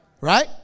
Right